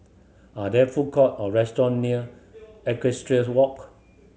are there food court or restaurant near Equestrian Walk